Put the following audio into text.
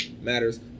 matters